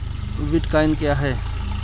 Bitcoin क्या है?